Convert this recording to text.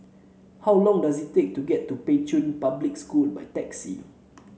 how long does it take to get to Pei Chun Public School by taxi